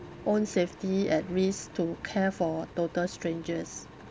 own safety at risk to care for total strangers